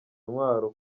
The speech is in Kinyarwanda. ntwaro